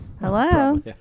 Hello